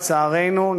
לצערנו,